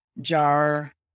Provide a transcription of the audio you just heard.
jar